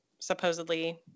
supposedly